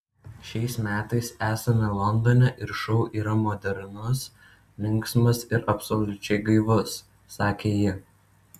šiais metais esame londone ir šou yra modernus linksmas ir absoliučiai gaivus sakė ji